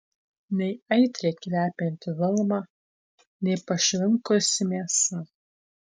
nei aitriai kvepianti vilna nei pašvinkusi mėsa